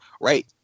right